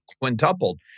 quintupled